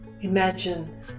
Imagine